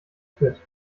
quitt